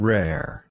Rare